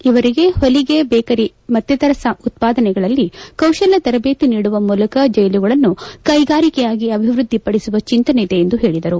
ಇವರಿಗೆ ಹೊಲಿಗೆ ಬೇಕರಿ ಆಹಾರ ಮತ್ತಿತರ ಸಾಮಗ್ರಿಗಳ ಉತ್ತಾದನೆಗಳಲ್ಲಿ ಕೌಶಲ್ಲ ತರದೇತಿ ನೀಡುವ ಮೂಲಕ ಜೈಲುಗಳನ್ನು ಕೈಗಾರಿಕೆಯಾಗಿ ಅಭಿವ್ಯದ್ದಿ ಪಡಿಸುವ ಚಿಂತನೆ ಇದೆ ಎಂದು ಹೇಳದರು